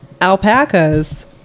Alpacas